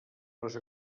les